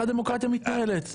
כך מתנהלת דמוקרטיה.